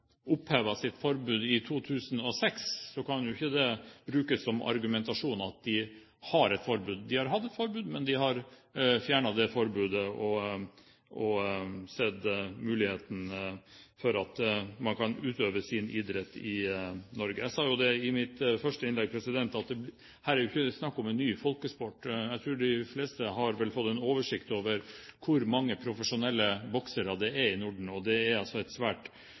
et forbud. De har hatt et forbud, men de har fjernet det forbudet og sett muligheten for at man kan utøve sin idrett i Norge. Jeg sa jo i mitt første innlegg at det er jo ikke her snakk om en ny folkesport. Jeg tror vel de fleste har fått en oversikt over hvor mange profesjonelle boksere det er i Norden – det er altså et svært